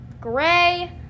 Gray